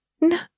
No